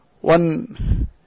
One